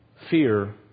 fear